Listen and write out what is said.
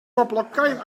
boblogaidd